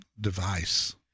device